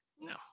No